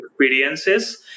experiences